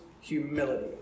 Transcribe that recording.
humility